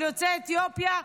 של יוצאי אתיופיה,